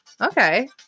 Okay